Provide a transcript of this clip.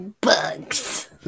bugs